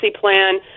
plan